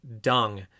dung